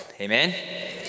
amen